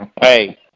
Hey